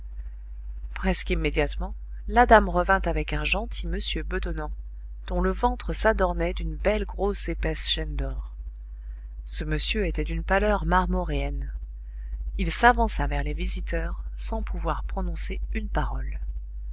presque immédiatement la dame revint avec un gentil monsieur bedonnant dont le ventre s'adornait d'une belle grosse épaisse chaîne d'or ce monsieur était d'une pâleur marmoréenne il s'avança vers les visiteurs sans pouvoir prononcer une parole